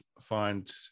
find